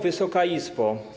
Wysoka Izbo!